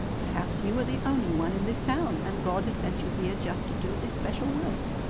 perhaps you are the only one in this town, and god has sent you here just to do this special work.